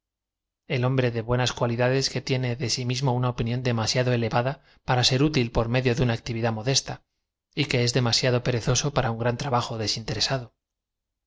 el hombre de buenas cualidades que tiene de sí mismo uoa opinión demasiado elevada p ara ser útil por me dio de una actividad modesta y que es demasiado pe rezoao p ara un gran trabajo desinteresado